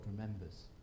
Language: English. remembers